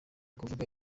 kuvuga